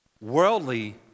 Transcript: Worldly